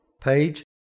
page